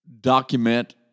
document